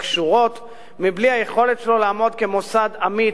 וקשורות בלי היכולת שלו לעמוד כמוסד אמיץ,